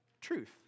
truth